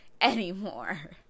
anymore